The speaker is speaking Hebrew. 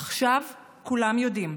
עכשיו כולם יודעים.